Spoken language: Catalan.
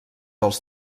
als